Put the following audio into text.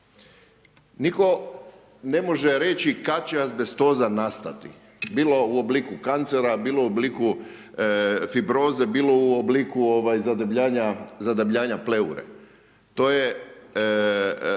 Nitko ne može reći kad će azbestoza nastati, bilo u obliku kancera, bilo u obliku fibroze, bilo u obliku zadebljanja pleure. To je